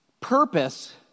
Purpose